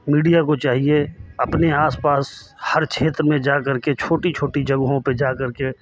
media को चाहिए अपने आसपास हर क्षेत्र में जा कर के छोटी छोटी जगहों पे जा कर के